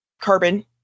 carbon